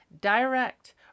Direct